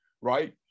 right